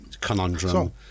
conundrum